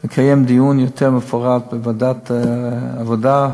לקיים דיון יותר מפורט בוועדת העבודה,